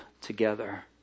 together